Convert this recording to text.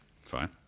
Fine